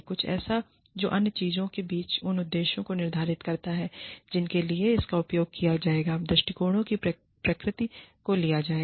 कुछ ऐसा जो अन्य चीजों के बीच उन उद्देश्यों को निर्धारित करता है जिनके लिए इसका उपयोग किया जाएगा और दृष्टिकोण की प्रकृति को लिया जाएगा